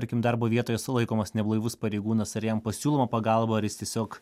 tarkim darbo vietoje sulaikomas neblaivus pareigūnas ar jam pasiūloma pagalba ar jis tiesiog